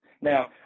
Now